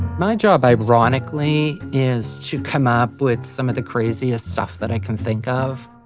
my job ironically is to come up with some of the craziest stuff that i can think of,